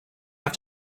have